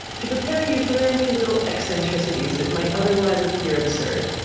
to prepare you for any little eccentricities that might otherwise appear absurd.